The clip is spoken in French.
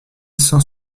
cent